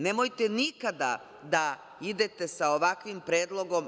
Nemojte nikada da idete sa ovakvim predlogom.